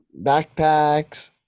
backpacks